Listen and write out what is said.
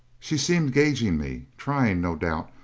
she seemed gauging me, trying, no doubt,